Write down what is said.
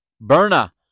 Berna